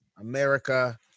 america